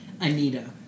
Anita